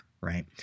right